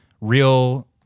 real